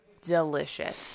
delicious